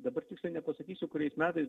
dabar tiksliai nepasakysiu kuriais metais